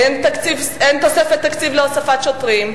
אין תוספת תקציב להוספת שוטרים,